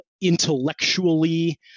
intellectually